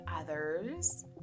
others